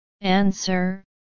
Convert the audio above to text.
Answer